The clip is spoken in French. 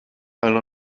alain